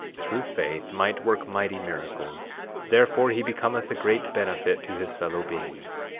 through faith, might work mighty miracles therefore he becometh a great benefit to his fellow beings.